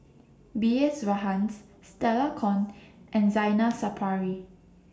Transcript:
B S Rajhans Stella Kon and Zainal Sapari